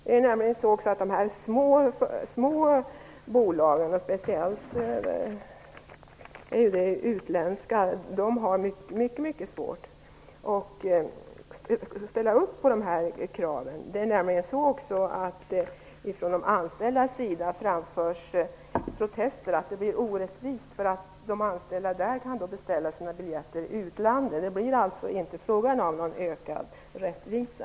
De små bolagen, speciellt de utländska, har mycket svårt att ställa upp på kraven. Från de anställdas sida protesterar man också mot att det blir orättvist. De anställda kan nämligen beställa sina biljetter i utlandet. Det blir alltså inte fråga om någon ökad rättvisa.